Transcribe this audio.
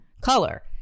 color